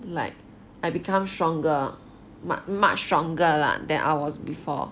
like I become stronger mu~ much stronger lah than I was before